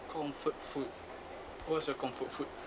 comfort food what's your comfort food